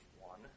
one